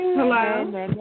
Hello